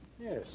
Yes